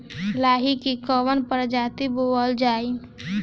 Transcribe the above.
लाही की कवन प्रजाति बोअल जाई?